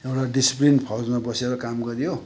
एउटा डिसिप्लिन फौजमा बसेर काम गरियो